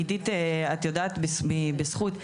עדית מארגון בזכות,